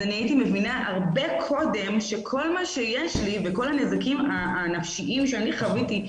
הייתי מבינה הרבה קודם שכל מה שיש לי וכל הנזקים הנפשיים שאני חוויתי,